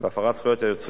ובהפרת זכויות היוצרים,